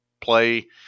play